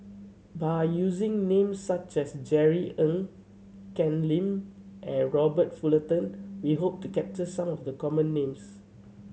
by using names such as Jerry Ng Ken Lim and Robert Fullerton we hope to capture some of the common names